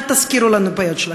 אל תזכירו לנו את הבעיות שלכם.